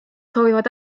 soovivad